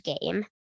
game